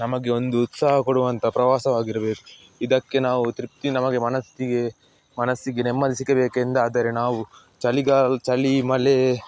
ನಮಗೆ ಒಂದು ಉತ್ಸಾಹ ಕೊಡುವಂಥ ಪ್ರವಾಸವಾಗಿರಬೇಕು ಇದಕ್ಕೆ ನಾವು ತೃಪ್ತಿ ನಮಗೆ ಮನಸ್ಸಿಗೆ ಮನಸ್ಸಿಗೆ ನೆಮ್ಮದಿ ಸಿಗಬೇಕೆಂದಾದರೆ ನಾವು ಚಳಿಗಾಲ ಚಳಿ ಮಳೆ